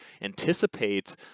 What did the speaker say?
anticipate